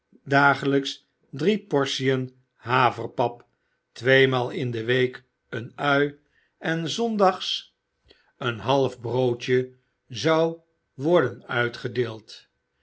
dagelijks drie portiën haverpap tweemaal in de week eene ui en s zondags een half broodje zou worden uitgedeeld